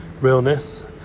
realness